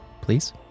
Please